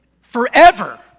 forever